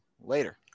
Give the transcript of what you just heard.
later